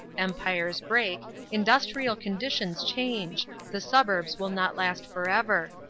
empires break industrial conditions change the suburbs will not last for ever.